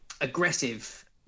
aggressive